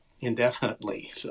indefinitely